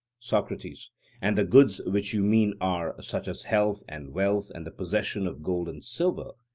socrates and the goods which you mean are such as health and wealth and the possession of gold and silver,